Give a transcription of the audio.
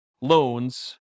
loans